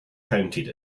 counted